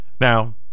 Now